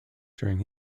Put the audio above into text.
during